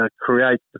create